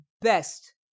best